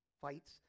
fights